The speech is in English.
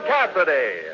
Cassidy